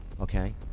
Okay